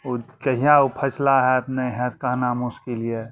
ओ कहिया ओ फैसला होएत नहि होएत कहना मुश्किल यऽ